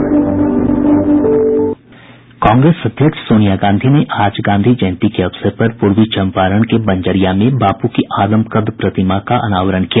कांग्रेस अध्यक्ष सोनिया गांधी ने आज गांधी जयंती के अवसर पर पूर्वी चंपारण के बंजरिया में बापू की अदमकद प्रतिमा का अनावरण किया